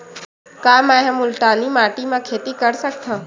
का मै ह मुल्तानी माटी म खेती कर सकथव?